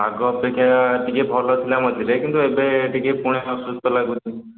ଆଗ ଅପେକ୍ଷା ଟିକେ ଭଲ ଥିଲା ମଝିରେ କିନ୍ତୁ ଏବେ ଟିକେ ପୁଣି ଅସୁସ୍ଥ ଲାଗୁଛି